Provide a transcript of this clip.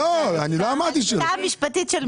אני לא רוצה שישתנה המשטר,